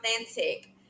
authentic